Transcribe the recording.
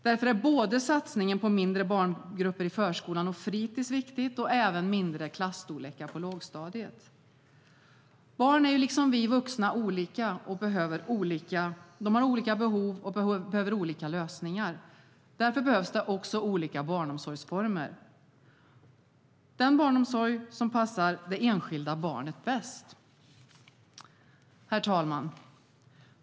Därför är satsningen både på mindre barngrupper i förskolan och fritis och på mindre klasstorlekar i lågstadiet viktig. Herr talman!